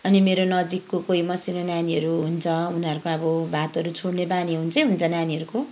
अनि मेरो नजिकको कोही मसिनो नानीहरू हुन्छ उनीहरूको अब भातहरू छोड्ने बानी हुन्छै हुन्छ नानीहरूको